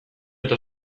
eta